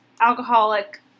alcoholic